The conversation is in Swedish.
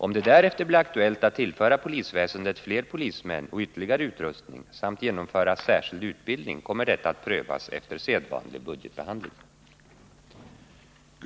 Om det därefter blir aktuellt att tillföra polisväsendet fler polismän och ytterligare utrustning samt genomföra särskild utbildning, kommer detta att prövas efter sedvanlig budgetbehandling.